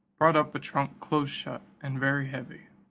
brought up a trunk close shut, and very heavy.